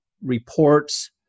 reports